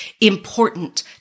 important